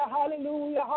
hallelujah